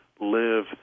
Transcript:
live